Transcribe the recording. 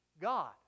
God